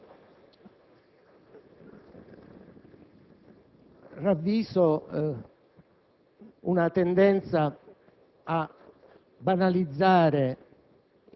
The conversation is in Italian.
Signor Presidente, come già altre volte,